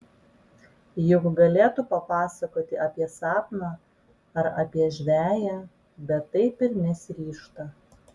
juk galėtų papasakoti apie sapną ar apie žveję bet taip ir nesiryžta